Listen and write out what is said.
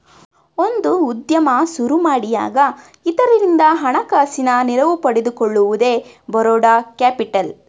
ಒಂದು ಉದ್ಯಮ ಸುರುಮಾಡಿಯಾಗ ಇತರರಿಂದ ಹಣಕಾಸಿನ ನೆರವು ಪಡೆದುಕೊಳ್ಳುವುದೇ ಬರೋಡ ಕ್ಯಾಪಿಟಲ್